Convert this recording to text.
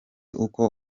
uko